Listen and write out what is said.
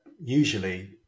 usually